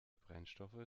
brennstoffe